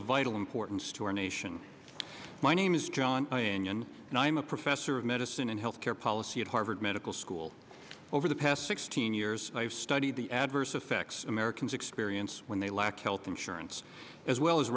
vital importance to our nation my name is john and i'm a professor of medicine and health care policy at harvard medical school over the past sixteen years i have studied the adverse effects americans experience when they lack health insurance as well as